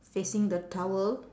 facing the towel